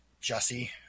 Jesse